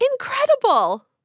Incredible